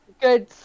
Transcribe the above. Good